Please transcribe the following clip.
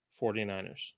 49ers